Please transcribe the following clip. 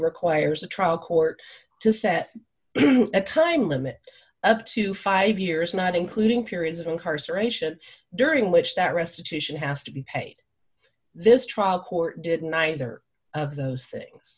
requires a trial court d to set a time limit up to five years not including periods of incarceration during which that restitution has to be paid this trial court did neither of those things